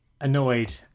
annoyed